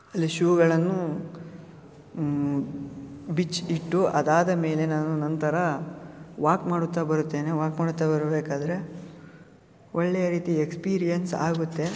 ಅಲ್ಲಿ ಶೂಗಳನ್ನು ಬಿಚ್ಚಿ ಇಟ್ಟು ಅದಾದ ಮೇಲೆ ನಾನು ನಂತರ ವಾಕ್ ಮಾಡುತ್ತಾ ಬರುತ್ತೇನೆ ವಾಕ್ ಮಾಡುತ್ತಾ ಬರಬೇಕಾದ್ರೆ ಒಳ್ಳೆಯ ರೀತಿ ಎಕ್ಸ್ಪೀರಿಯೆನ್ಸ್ ಆಗುತ್ತೆ